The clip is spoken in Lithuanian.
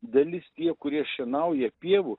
dalis tie kurie šienauja pievų